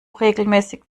regelmäßig